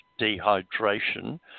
dehydration